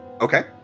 Okay